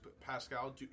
Pascal